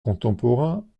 contemporains